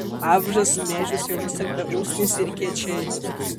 avižas miežius jau nustelbė usnys ir kiečiai